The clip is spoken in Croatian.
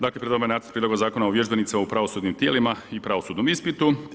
Dakle pred vama je nacrt prijedloga Zakona o vježbenicima u pravosudnim tijelima i pravosudnom ispitu.